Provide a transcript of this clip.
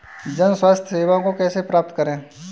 जन स्वास्थ्य सेवाओं को कैसे प्राप्त करें?